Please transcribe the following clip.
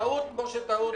טעות כמו שטעות קורית.